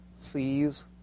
seas